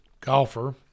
golfer